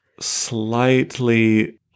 slightly